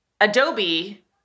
Adobe